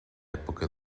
època